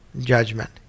judgment